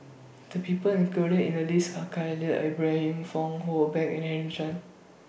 The People included in The list Are Khalil Ibrahim Fong Hoe Beng and Henry Chan